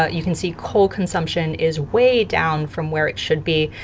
ah you can see coal consumption is way down from where it should be.